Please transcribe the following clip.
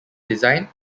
design